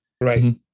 Right